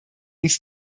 uns